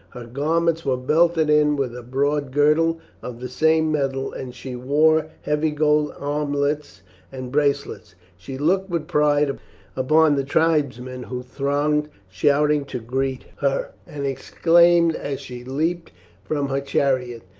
her garments were belted in with a broad girdle of the same metal, and she wore heavy gold armlets and bracelets. she looked with pride upon the tribesmen who thronged shouting to greet her, and exclaimed as she leapt from her chariot,